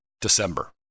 December